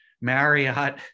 Marriott